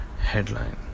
headline